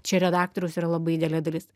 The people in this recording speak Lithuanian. čia redaktoriaus yra labai didelė dalis